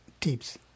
tips